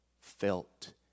felt